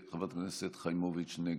חברת הכנסת חיימוביץ' נגד,